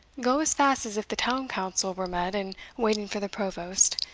go as fast as if the town-council were met and waiting for the provost,